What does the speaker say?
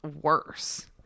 worse